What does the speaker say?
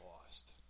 lost